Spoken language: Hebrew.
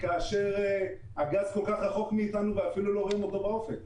כאשר הגז כל-כך רחוק מאתנו ואפילו לא רואים אותו באופק.